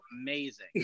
amazing